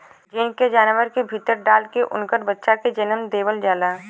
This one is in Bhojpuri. जीन के जानवर के भीतर डाल के उनकर बच्चा के जनम देवल जाला